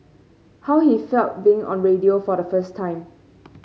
how he felt being on radio for the first time